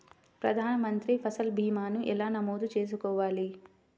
ప్రధాన మంత్రి పసల్ భీమాను ఎలా నమోదు చేసుకోవాలి?